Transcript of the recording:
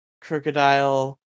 Crocodile